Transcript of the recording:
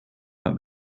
that